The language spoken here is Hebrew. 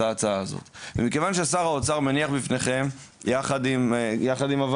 ההצעה הזאת ומכיוון ששר האוצר מניח בפניכם יחד עם הוועדה,